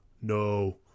no